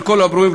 של כל הברואים,